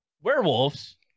Werewolves